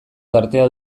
tartea